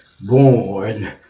Born